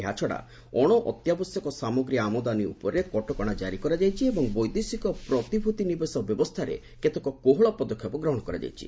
ଏହାଛଡା ଅଣ ଅତ୍ୟାବଶ୍ୟକ ସାମଗ୍ରୀ ଆମଦାନୀ ଉପରେ କଟକଣା ଜାରି କରାଯାଇଛି ଏବଂ ବୈଦେଶିକ ପ୍ରତିଭୂତିନିବେଶ ବ୍ୟବସ୍ଥାରେ କେତେକ କୋହଳ ପଦକ୍ଷେପ ଗ୍ରହଣ କରାଯାଇଛି